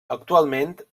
actualment